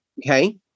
Okay